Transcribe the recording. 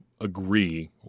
agree